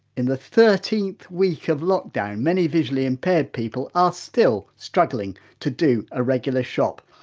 in the thirteenth week of lockdown, many visually impaired people are still struggling to do a regular shop.